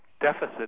deficit